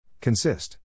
Consist